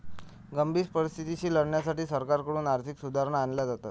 गंभीर परिस्थितीशी लढण्यासाठी सरकारकडून आर्थिक सुधारणा आणल्या जातात